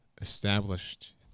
established